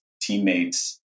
teammates